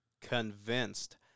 convinced